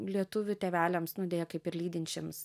lietuvių tėveliams nu deja kaip ir lydinčiams